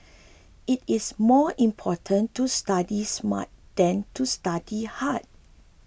it is more important to study smart than to study hard